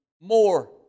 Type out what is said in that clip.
more